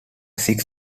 six